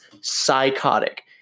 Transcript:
psychotic